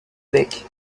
bec